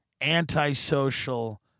antisocial